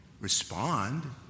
respond